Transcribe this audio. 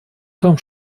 том